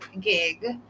gig